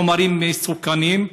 חומרים מסוכנים,